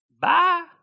Bye